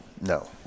no